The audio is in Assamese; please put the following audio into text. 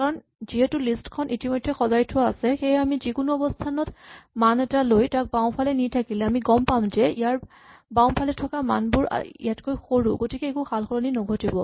কাৰণ যিহেতু লিষ্ট খন ইতিমধ্যে সজাই থোৱা আছে সেয়ে আমি যিকোনো অৱস্হানত মান এটা লৈ তাক বাওঁফালে নি থাকিলে আমি গম পাম যে ইয়াৰ বাওঁফালে থকা মানবোৰ ইয়াতকৈ সৰু গতিকে একো সালসলনি নঘটিব